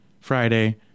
Friday